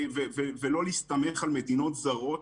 ולא להסתמך על מדינות זרות,